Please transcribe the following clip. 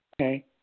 okay